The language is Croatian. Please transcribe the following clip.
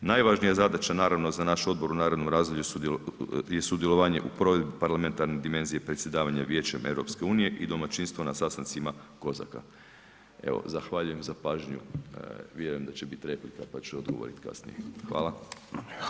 Najvažnija zadaća, naravno za naš odbor u narednom razdoblju je sudjelovanje u provedbi parlamentarne dimenzije predsjedavanja Vijećem EU i domaćinstvo na sastancima ... Evo, zahvaljujem za pažnju, vjerujem da će biti replika pa ću odgovoriti kasnije.